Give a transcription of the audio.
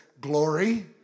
Glory